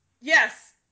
Yes